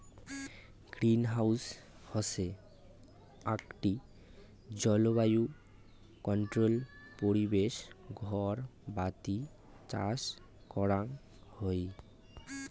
greenhouse হসে আকটি জলবায়ু কন্ট্রোল্ড পরিবেশ ঘর যাতি চাষ করাং হই